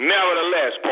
Nevertheless